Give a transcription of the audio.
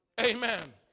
Amen